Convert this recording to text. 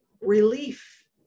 relief